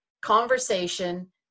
conversation